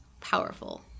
powerful